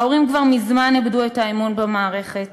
ההורים כבר מזמן איבדו את האמון במערכת,